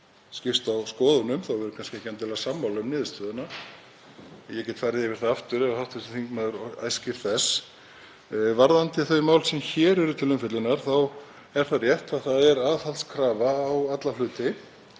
skipst á skoðunum þótt við værum ekki endilega sammála um niðurstöðuna. En ég get farið yfir það aftur ef hv. þingmaður óskar þess. Varðandi þau mál sem hér eru til umfjöllunar er það rétt að það er aðhaldskrafa á alla hluti